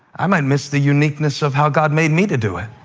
i might miss the uniqueness of how god made me to do it,